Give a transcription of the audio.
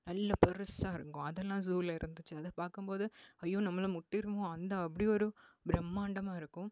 நல்ல பெருசாக இருக்கும் அதெல்லாம் ஸூவில இருந்துச்சு அதை பார்க்கும்போது ஐயோ நம்மளை முட்டிருமோ அந்த அப்படி ஒரு பிரம்மாண்டமாக இருக்கும்